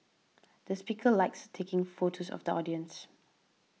the speaker likes taking photos of the audience